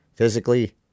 Physically